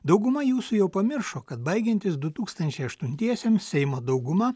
dauguma jūsų jau pamiršo kad baigiantis du tūkstantis aštuntiesiems seimo dauguma